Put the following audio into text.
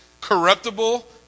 corruptible